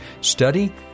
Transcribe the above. Study